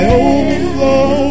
overflow